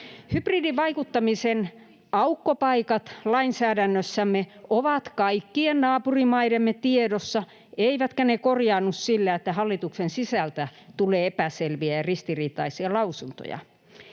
Hybridivaikuttamisen aukkopaikat lainsäädännössämme ovat kaikkien naapurimaidemme tiedossa, eivätkä ne korjaannu sillä, että hallituksen sisältä tulee epäselviä ja ristiriitaisia lausuntoja.